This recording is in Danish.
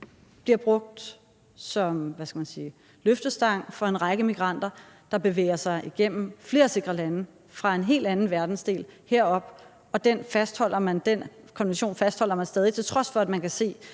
bliver brugt som løftestang for en række migranter, der bevæger sig igennem flere sikre lande fra en helt anden verdensdel herop. Den konvention fastholder man stadig, til trods for at man kan se,